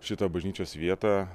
šitą bažnyčios vietą